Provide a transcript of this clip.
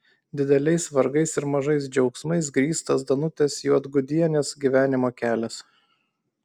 dideliais vargais ir mažais džiaugsmais grįstas danutės juodgudienės gyvenimo kelias